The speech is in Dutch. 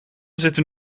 zitten